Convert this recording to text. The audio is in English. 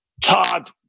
Todd